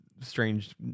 strange